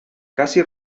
casi